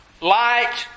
Light